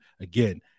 Again